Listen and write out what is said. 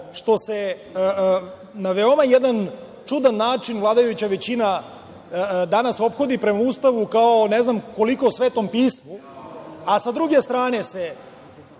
što se na jedan veoma čudan način vladajuća većina danas ophodi prema Ustavu kao prema ne znam koliko Svetom pismu, a sa druge strane se,